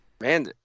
man